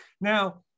now